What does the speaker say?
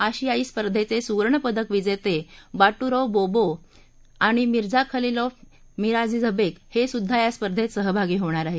आशियाई स्पर्धेचे सुवर्ण पदक विजेते बाटुरोव्ह बोबो आणि मिराझखलीलोव्ह मिराझीझबेक हे सुद्धा या स्पर्धेत सहभागी होणार आहेत